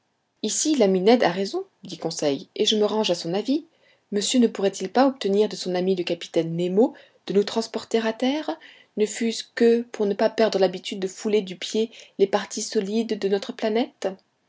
ici l'ami ned a raison dit conseil et je me range à son avis monsieur ne pourrait-il obtenir de son ami le capitaine nemo de nous transporter à terre ne fût-ce que pour ne pas perdre l'habitude de fouler du pied les parties solides de notre planète